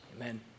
Amen